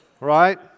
right